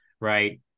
right